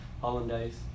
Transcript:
hollandaise